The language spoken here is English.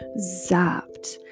Zapped